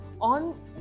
on